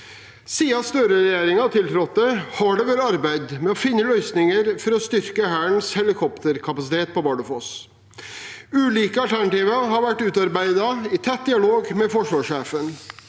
Siden Støre-regjeringen tiltrådte, har det vært arbeidet med å finne løsninger for å styrke Hærens helikopterkapasitet på Bardufoss. Ulike alternativer har vært utarbeidet, i tett dialog med forsvarssjefen,